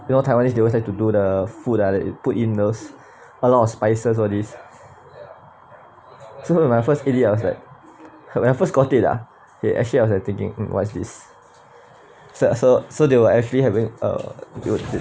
you know taiwanese they always like to do the food ah that put in those a lot of spices all these so when I first ate it I was like when I first got it ah okay actually I was like thinking mm what's this said so so they will actually having